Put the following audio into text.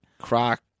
Croc